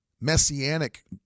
Messianic